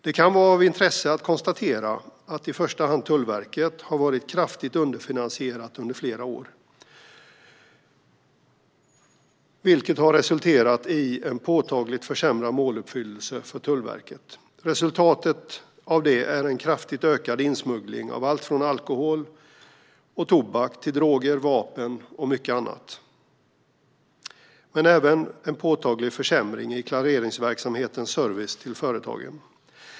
Det kan vara av intresse att konstatera att i första hand Tullverket har varit kraftigt underfinansierat under flera år, vilket har resulterat i en påtagligt försämrad måluppfyllelse för Tullverket. Resultatet av detta är en kraftigt ökad insmuggling av alltifrån alkohol och tobak till droger, vapen och mycket annat. Det har även resulterat i en påtaglig försämring i klareringsverksamhetens service till företagen.